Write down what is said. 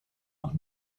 noch